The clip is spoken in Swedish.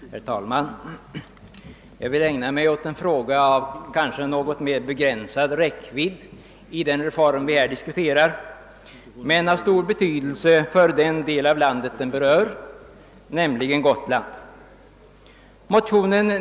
Herr talman! Jag vill ägna mig åt en fråga som väl är av relativt begränsad räckvidd i den reform vi här diskuterar men som har stor betydelse för den del av landet som den berör, nämmligen Gotland.